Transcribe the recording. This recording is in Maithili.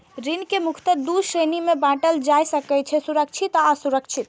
ऋण कें मुख्यतः दू श्रेणी मे बांटल जा सकै छै, सुरक्षित आ असुरक्षित